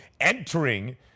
entering